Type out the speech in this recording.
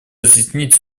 разъяснить